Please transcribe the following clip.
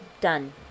done